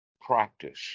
practice